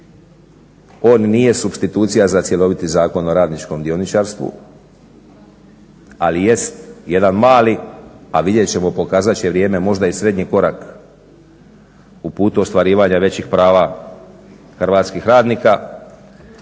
On nije supstitucija za cjeloviti Zakon o radničkom dioničarstvu. Ali jest jedan mali, a vidjet ćemo pokazat će vrijeme možda i srednji korak u putu ostvarivanja većih prava hrvatskih radnika